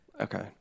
Okay